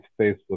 Facebook